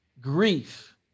grief